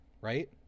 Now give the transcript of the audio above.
right